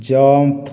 ଜନ୍ଥ୍